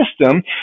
system